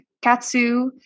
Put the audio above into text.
Katsu